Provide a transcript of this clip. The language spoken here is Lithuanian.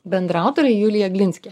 bendraautorė julija glinskė